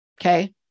okay